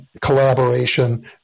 collaboration